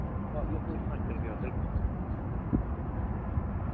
हां मि कोई फर्क नी पेआ उ'दे नै